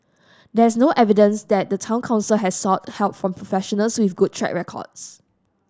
there is no evidence that the Town Council has sought help from professionals with good track records